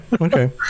okay